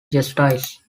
justice